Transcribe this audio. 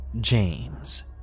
James